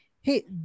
hey